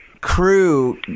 crew